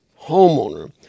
homeowner